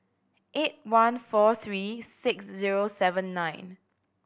eight one four three six zero seven nine